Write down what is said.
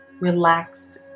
relaxed